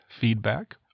feedback